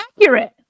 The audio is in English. accurate